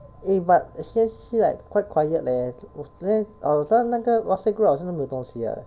eh but C_M_C_C like quite quiet leh 我昨我在那个 whatsapp group 好像没都有东西的